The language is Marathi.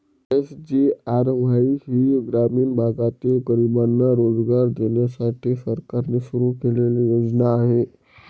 एस.जी.आर.वाई ही ग्रामीण भागातील गरिबांना रोजगार देण्यासाठी सरकारने सुरू केलेली योजना आहे